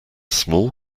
small